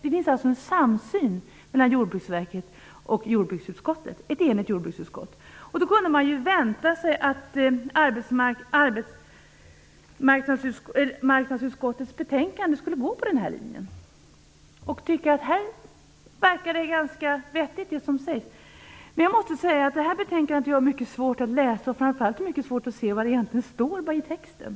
Det finns alltså en samsyn mellan Jordbruksverket och ett enigt jordbruksutskott. Man kunde då vänta sig att arbetsmarknadsutskottets betänkande skulle följa den linjen och att utskottet skulle tycka att det som sägs från Jordbruksverket och jordbruksutskottet är vettigt. Betänkandet är dock mycket svårt att läsa. Det är svårt att se vad som egentligen sägs i texten.